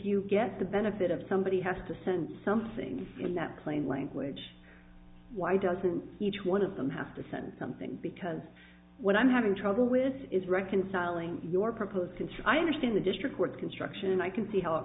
you get the benefit of somebody has to sense something in that plain language why doesn't each one of them have to send something because what i'm having trouble with is reconciling your proposed since i understand the district court construction and i can see how it